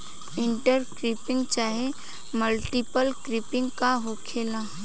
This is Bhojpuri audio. इंटर क्रोपिंग चाहे मल्टीपल क्रोपिंग का होखेला?